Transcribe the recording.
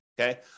okay